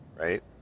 right